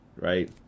Right